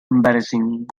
embarrassing